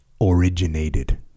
originated